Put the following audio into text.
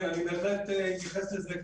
אני בהחלט אתייחס לזה,